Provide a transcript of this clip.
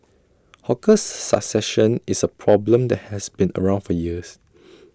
hawkers succession is A problem that has been around for years